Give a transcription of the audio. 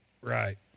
right